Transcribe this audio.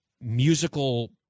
musical